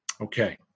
Okay